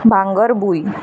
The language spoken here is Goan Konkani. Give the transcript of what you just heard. भांगरभूंय